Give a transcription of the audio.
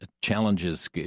challenges